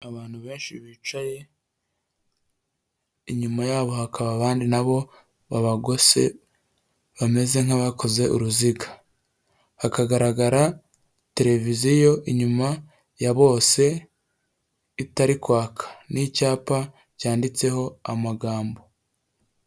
Abantu benshi bicaye inyuma yabo hakaba abandi nabo babagose bameze nk'abakoze uruziga hakagaragara televiziyo inyuma ya bose itari kwaka n'icyapa cyanditseho amagambo.